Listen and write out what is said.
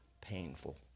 painful